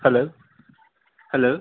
hello hello